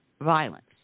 violence